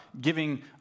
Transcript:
giving